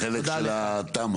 החלק של התמ"א.